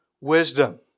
wisdom